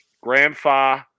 Grandpa